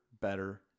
better